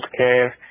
healthcare